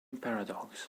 paradox